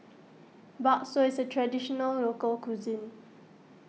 Bakso is a Traditional Local Cuisine